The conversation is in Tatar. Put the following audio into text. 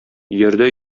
йөрде